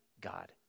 God